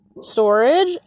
storage